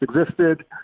existed